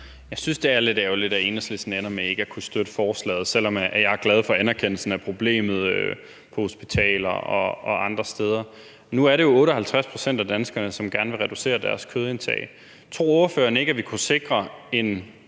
Jeg synes, det er lidt ærgerligt, at Enhedslisten ender med ikke at kunne støtte forslaget, selv om jeg er glad for anerkendelsen af problemet på hospitaler og andre steder. Nu er det jo 58 pct. af danskerne, som gerne vil reducere deres kødindtag. Tror ordføreren ikke, at vi kunne sikre en